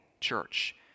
church